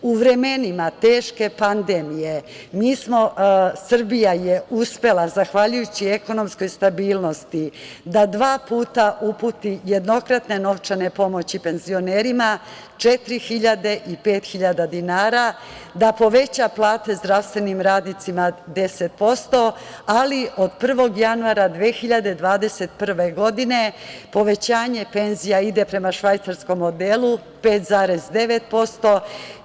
U vremenima teške pandemije Srbija je uspela zahvaljujući ekonomskoj stabilnosti, da dva puta uputi jednokratne novčane pomoći penzionerima 4.000 i 5.000 dinara, da poveća plate zdravstvenim radnicima 10%, ali od 1. januara 2021. godine povećanje penzija ide prema švajcarskom modelu 5,9%